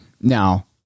Now